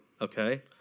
Okay